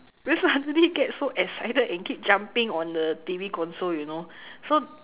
then suddenly get so excited and keep jumping on the T_V console you know so